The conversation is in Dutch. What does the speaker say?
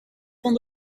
van